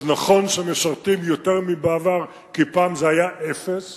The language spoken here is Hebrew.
אז נכון שמשרתים יותר מבעבר, כי פעם זה היה אפס